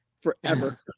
forever